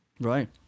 Right